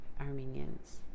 Armenians